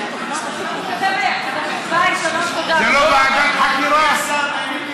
נהנים לשמוע אותך.